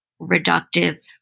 reductive